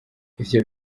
ivyo